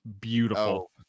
beautiful